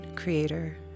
creator